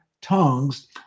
tongues